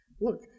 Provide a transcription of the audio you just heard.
Look